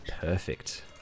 Perfect